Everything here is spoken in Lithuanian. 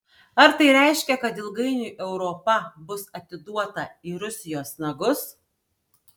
ar tai reiškia kad ilgainiui europa bus atiduota į rusijos nagus